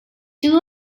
two